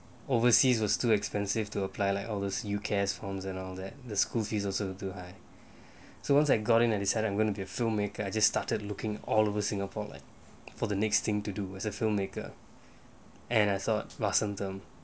overseas was too expensive to apply like all those you cares forms and all that the school fees also too high students so once I got in I decided I'm going to be a filmmaker I just started looking all over singapore like for the next thing to do as a filmmaker and I thought vasantham